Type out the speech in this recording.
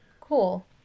Cool